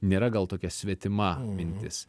nėra gal tokia svetima mintis